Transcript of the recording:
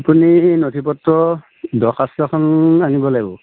আপুনি নথি পত্ৰ দৰ্খাস্ত এখন আনিব লাগিব